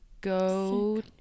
Go